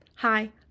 Hi